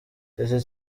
iki